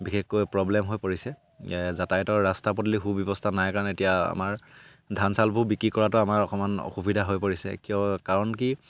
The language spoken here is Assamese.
বিশেষকৈ প্ৰব্লেম হৈ পৰিছে যাতায়তৰ ৰাস্তা পদূলি সু ব্যৱস্থা নাই কাৰণে এতিয়া আমাৰ ধান চানবোৰ বিক্ৰী কৰাটো আমাৰ অকমান অসুবিধা হৈ পৰিছে কিয় কাৰণ কি